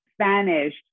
Spanish